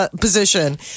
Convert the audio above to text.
position